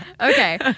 okay